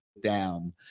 down